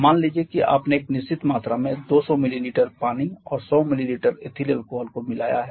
मान लीजिए कि आपने एक निश्चित मात्रा में 200 मिलीलीटर पानी और 100 मिलीलीटर एथिल अल्कोहल मिलाया है